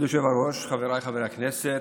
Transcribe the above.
כבוד היושב-ראש, חבריי חברי הכנסת,